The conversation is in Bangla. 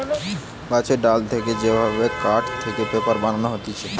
গাছের ডাল থেকে যে ভাবে কাঠ থেকে পেপার বানানো হতিছে